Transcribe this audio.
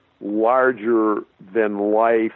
larger-than-life